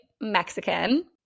Mexican